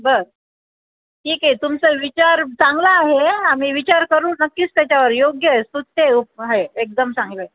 बरं ठीक आहे तुमचा विचार चांगला आहे आम्ही विचार करू नक्कीच त्याच्यावर योग्य आहे स्तुत्य आहे उपाय आहे एकदम चांगलं आहे हां